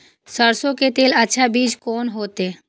सरसों के लेल अच्छा बीज कोन होते?